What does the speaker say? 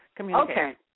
Okay